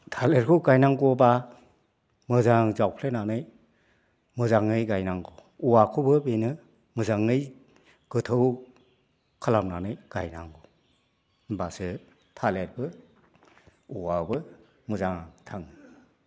थालिरखौ गायनांगौबा मोजां जावफ्लेनानै मोजाङै गायनांगौ औवाखौबो बेनो मोजाङै गोथौ खालामनानै गायनाङो होम्बासो थालेरबो औवाबो मोजां थाङो